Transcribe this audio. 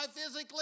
physically